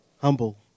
Humble